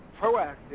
proactive